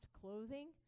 clothing